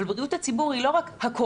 אבל בריאות הציבור היא לא רק הקורונה,